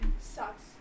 Sucks